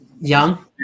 Young